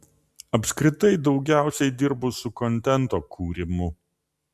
apskritai daugiausiai dirbu su kontento kūrimu